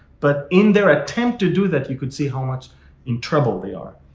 but in their attempt to do that, you could see how much in trouble they are.